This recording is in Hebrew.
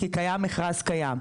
כי קיים מכרז קיים.